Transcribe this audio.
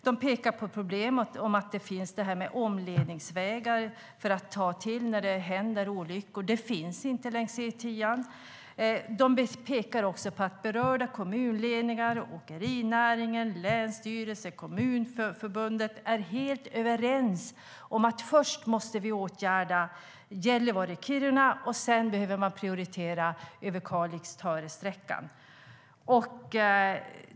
De pekar på problemet med att det inte finns omledningsvägar längs E10:an att ta till när det sker olyckor. De pekar också på att berörda kommunledningar, åkerinäringen, länsstyrelsen och kommunförbundet är helt överens om att man först måste åtgärda Gällivare-Kiruna-sträckan och sedan Överkalix-Töre-sträckan.